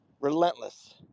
relentless